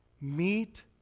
Meet